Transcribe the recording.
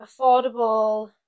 affordable